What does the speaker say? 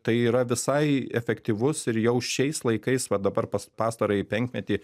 tai yra visai efektyvus ir jau šiais laikais va dabar pas pastarąjį penkmetį